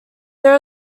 there